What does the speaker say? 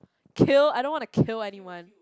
kill I don't want to kill anyone